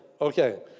Okay